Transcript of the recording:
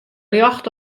ljocht